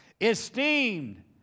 Esteemed